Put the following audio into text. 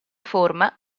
forma